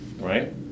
right